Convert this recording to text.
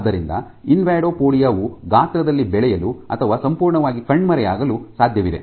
ಆದ್ದರಿಂದ ಇನ್ವಾಡೋಪೊಡಿಯಾ ವು ಗಾತ್ರದಲ್ಲಿ ಬೆಳೆಯಲು ಅಥವಾ ಸಂಪೂರ್ಣವಾಗಿ ಕಣ್ಮರೆಯಾಗಲು ಸಾಧ್ಯವಿದೆ